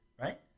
right